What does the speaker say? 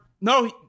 no